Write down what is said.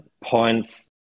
points